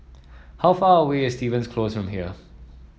how far away is Stevens Close from here